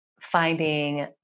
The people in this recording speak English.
finding